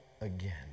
again